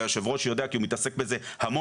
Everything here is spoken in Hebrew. ויושב הראש יודע כי הוא מתעסק בזה המון.